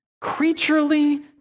creaturely